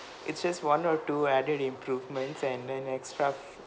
it's just one or two added improvements and then extra